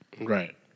right